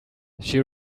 she